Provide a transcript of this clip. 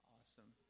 Awesome